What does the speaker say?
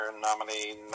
nominee